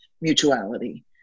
mutuality